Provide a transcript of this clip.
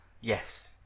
Yes